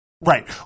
right